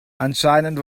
anscheinend